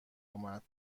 آمد